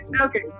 Okay